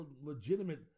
legitimate